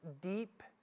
deep